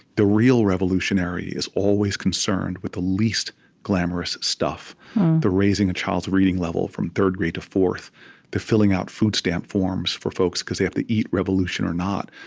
the real revolutionary is always concerned with the least glamorous stuff the raising a child's reading level from third-grade to fourth the filling out food stamp forms for folks, because they have to eat, revolution or not.